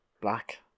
Black